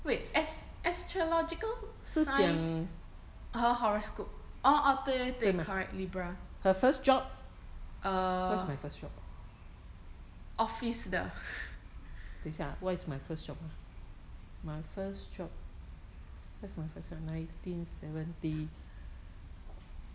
eh wait as~ astrological sign 和 horoscope orh orh 对对对 correct libra uh office 的